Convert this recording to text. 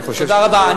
תודה רבה.